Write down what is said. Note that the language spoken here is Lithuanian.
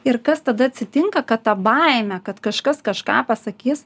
ir kas tada atsitinka kad ta baimė kad kažkas kažką pasakys